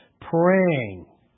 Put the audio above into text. praying